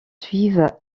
suivent